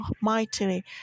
mightily